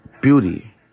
beauty